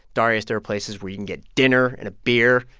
darius there are places where you can get dinner and a beer.